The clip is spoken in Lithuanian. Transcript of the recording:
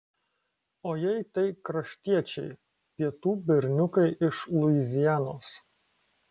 o jei tai kraštiečiai pietų berniukai iš luizianos